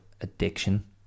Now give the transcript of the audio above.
addiction